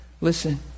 Listen